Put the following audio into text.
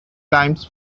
times